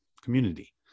community